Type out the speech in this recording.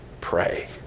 pray